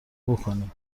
بکنی